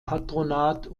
patronat